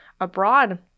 abroad